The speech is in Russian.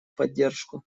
поддержку